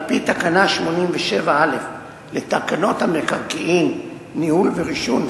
על-פי תקנה 87א לתקנות המקרקעין (ניהול ורישום),